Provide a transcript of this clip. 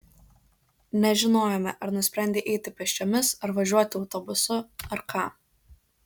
nežinojome ar nusprendei eiti pėsčiomis ar važiuoti autobusu ar ką